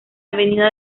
avenida